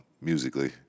musically